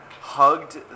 hugged